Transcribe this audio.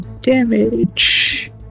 damage